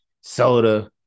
soda